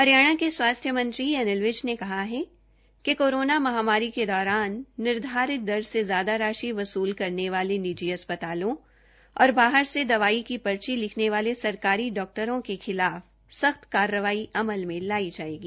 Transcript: हरियाणा के स्वास्थ्य मंत्री अनिल विज ने कहा है कि कोरोना महामारी के दौरान निर्धारित दर से ज्यादा राशि वसूल करने वाले निजी अस्पतालों और बाहर से दवाई की पर्ची लिखने वाले सरकारी डॉक्टरों के खिलाफ सख्त कार्रवाई अमल में लाई जायेगी